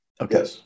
Okay